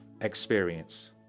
experience